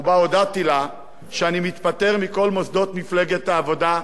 ובו הודעתי לה שאני מתפטר מכל מוסדות מפלגת העבודה.